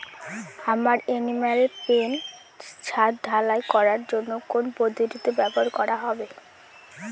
আমার animal pen ছাদ ঢালাই করার জন্য কোন পদ্ধতিটি ব্যবহার করা হবে?